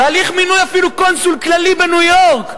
אפילו בהליך מינוי קונסול כללי בניו-יורק,